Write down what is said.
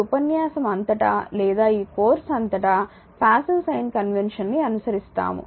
ఈ ఉపన్యాసం అంతటా లేదా ఈ కోర్సు అంతటా ప్యాసివ్ సైన్ కన్వెక్షన్ ని అనుసరిస్తాము